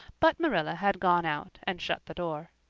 but marilla had gone out and shut the door.